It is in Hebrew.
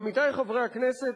עמיתי חברי הכנסת,